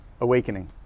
awakening